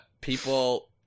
people